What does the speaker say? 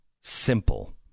simple